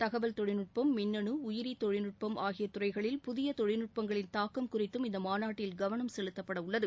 தகவல் தொழில்நுட்பம் மின்னனு உயிரி தொழில்நுட்பம் ஆகிய துறைகளில் புதிய தொழில்நுட்பங்களின் தாக்கம் குறித்தும் இந்த மாநாட்டில் கவனம் செலுத்தப்படவுள்ளது